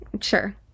Sure